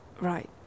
Right